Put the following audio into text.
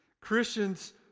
Christians